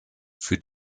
für